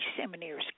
seminary